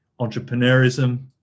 entrepreneurism